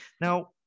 now